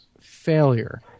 failure